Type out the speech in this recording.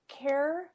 care